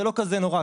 זה לא כזה נורא,